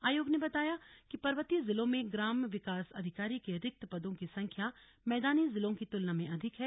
आयोग ने बताया कि पर्वतीय जिलों में ग्राम विकास अधिकारी के रिक्त पदों की संख्या मैदानी जिलों की तुलना में अधिक हैं